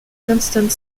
constant